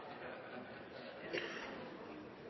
Jeg